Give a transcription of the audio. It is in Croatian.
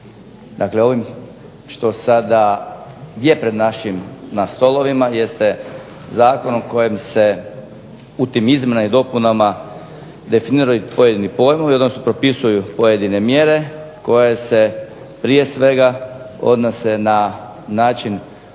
Dakle ovim što sada je pred našim, na stolovima jeste zakon o kojem se u tim izmjenama i dopunama definiraju i pojedini pojmovi, odnosno propisuju pojedine mjere koje se prije svega odnose na način